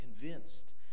convinced